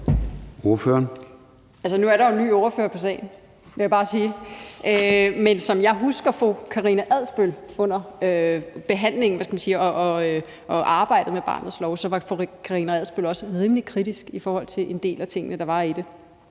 Nu er der jo en ny ordfører på sagen, vil jeg bare sige, men som jeg husker fru Karina Adsbøl under behandlingen af og arbejdet med barnets lov, var fru Karina Adsbøl også rimelig kritisk over for en del af tingene, der var i den.